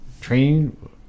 train